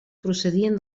procedien